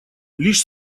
лишь